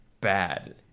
bad